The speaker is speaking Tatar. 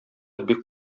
бик